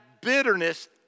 bitterness